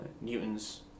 Newton's